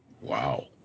Wow